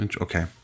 Okay